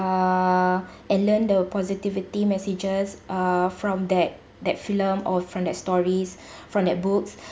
err and learn the positivity messages uh from that that film or from that stories from that books